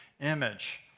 image